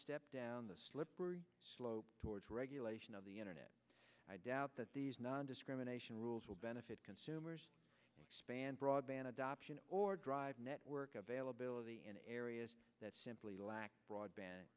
step down the slippery slope towards regulation of the internet i doubt that these nondiscrimination rules will benefit consumers expand broadband adoption or drive network availability in areas that simply lack broadband